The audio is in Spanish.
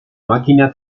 máquina